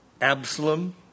Absalom